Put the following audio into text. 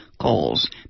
calls